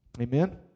Amen